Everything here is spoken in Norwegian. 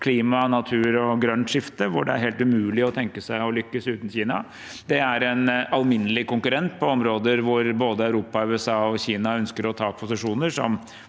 klima, natur og grønt skifte helt umulig å tenke seg å lykkes uten Kina. Det er en alminnelig konkurrent på områder hvor både Europa, USA og Kina ønsker å ta posisjoner, som